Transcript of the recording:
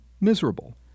miserable